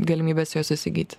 galimybės jos įsigyti